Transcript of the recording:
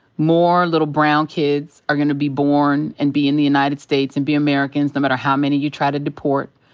more little brown kids are gonna be born, and be in the united states, and be americans, no matter how many you try to deport.